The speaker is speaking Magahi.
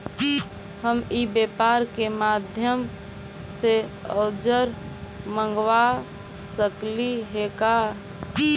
हम ई व्यापार के माध्यम से औजर मँगवा सकली हे का?